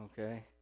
okay